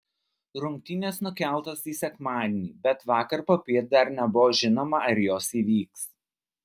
rungtynės nukeltos į sekmadienį bet vakar popiet dar nebuvo žinoma ar jos įvyks